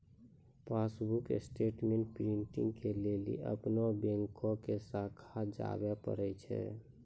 passbook statement printing के लेली अपनो बैंको के शाखा जाबे परै छै